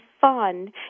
fun